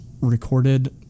recorded